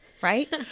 Right